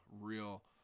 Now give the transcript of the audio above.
real